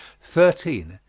thirteen.